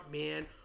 man